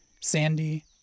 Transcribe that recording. Sandy